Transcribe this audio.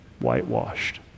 whitewashed